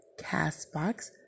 CastBox